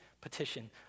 petition